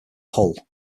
hull